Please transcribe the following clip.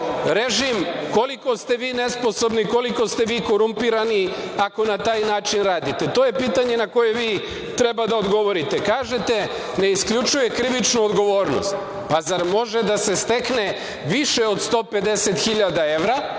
režim, koliko ste vi nesposobni, koliko ste vi korumpirani, ako na taj način radite? To je pitanje na koje vi treba da odgovorite. Kažete, ne isključuje krivičnu odgovornost. Pa, da li može da se stekne više od 150.000 evra